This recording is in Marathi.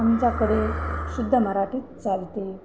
आमच्याकडे शुद्ध मराठीत चालते